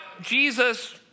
Jesus